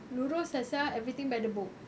lurus ah sia everything by the book